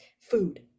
food